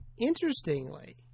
Interestingly